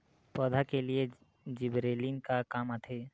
पौधा के लिए जिबरेलीन का काम आथे?